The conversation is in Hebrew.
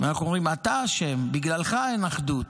ואנחנו אומרים: אתה אשם, בגללך אין אחדות,